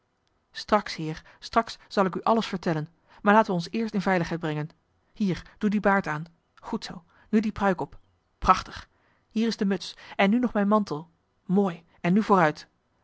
straks heer straks zal ik u alles vertellen maar laten wij ons eerst in veiligheid brengen hier doe dien baard aan goed zoo nu die pruik op prachtig hier is de muts en nu nog mijn mantel mooi en nu vooruit